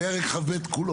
פרק כ"ב כולו,